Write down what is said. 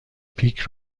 پیک